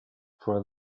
for